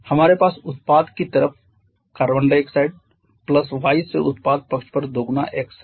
हमारे पास उत्पाद की तरफ कार्बन डाइऑक्साइड प्लस y से उत्पाद पक्ष पर दोगुना x है